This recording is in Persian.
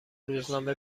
روزنامه